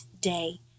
day